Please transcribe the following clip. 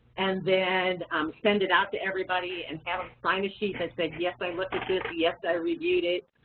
and then send it out to everybody and have them ah sign a sheet that said yes, i looked at this, yes, i reviewed it,